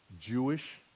Jewish